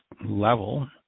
level